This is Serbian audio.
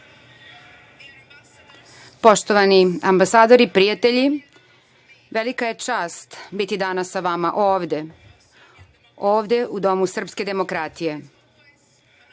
dragi ambasadori, dragi prijatelji, velika je čast biti danas sa vama ovde, ovde u domu srpske demokratije.